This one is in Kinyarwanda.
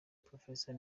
professor